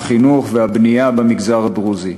החינוך והבנייה במגזר הדרוזי.